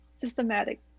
systematic